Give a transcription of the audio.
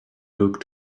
look